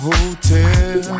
Hotel